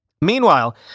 Meanwhile